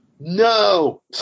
No